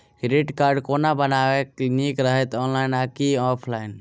Credit card कोना बनेनाय नीक रहत? ऑनलाइन आ की ऑफलाइन?